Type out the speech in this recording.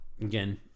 again